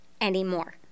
anymore